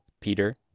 Peter